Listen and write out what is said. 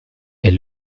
est